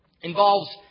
involves